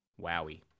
Wowie